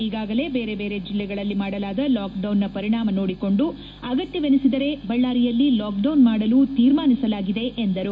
ಈಗಾಗಲೇ ಬೇರೆ ಬೇರೆ ಜಿಲ್ಲೆಗಳಲ್ಲಿ ಮಾಡಲಾದ ಲಾಕ್ ಡೌನ್ನ ಪರಿಣಾಮ ನೋಡಿಕೊಂಡು ಅಗತ್ಯ ಎನಿಸಿದರೆ ಬಳ್ದಾರಿಯಲ್ಲಿ ಲಾಕ್ ಡೌನ್ ಮಾಡಲು ತೀರ್ಮಾನಿಸಲಾಗಿದೆ ಎಂದರು